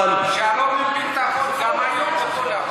שלום עם ביטחון, גם היום אותו דבר.